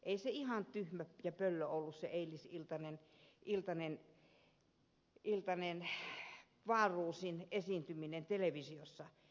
ei se ihan tyhmä ja pöllö ollut se eilisiltainen wahlroosin esiintyminen televisiossa